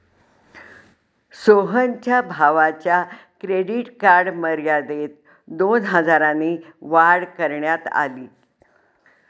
सोहनच्या भावाच्या credit card मर्यादेत दोन हजारांनी वाढ करण्यात आली